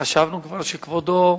חשבנו כבר שכבודו,